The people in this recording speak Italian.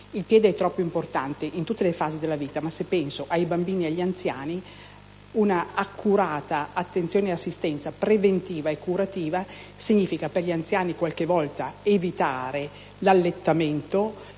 Il piede è troppo importante, in tutte le fasi della vita, ma, se penso ai bambini e agli anziani, un'accurata assistenza preventiva e curativa significa, per gli anziani, qualche volta evitare l'allettamento